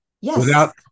Yes